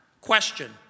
Question